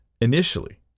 initially